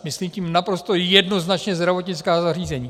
Myslím tím naprosto jednoznačně zdravotnická zařízení.